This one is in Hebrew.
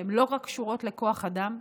והן לא רק קשורות לכוח אדם,